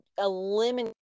eliminate